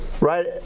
right